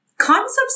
concepts